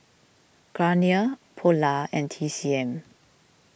Garnier Polar and T C M